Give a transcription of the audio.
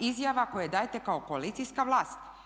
izjava koje dajete kao koalicijska vlast.